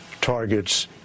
targets